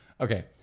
Okay